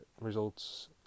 results